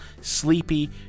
sleepy